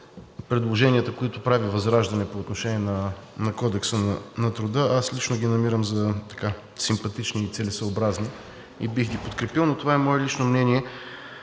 предложенията, които прави ВЪЗРАЖДАНЕ по отношение Кодекса на труда, аз лично ги намирам за симпатични и целесъобразни и бих ги подкрепил, но това е мое лично мнение.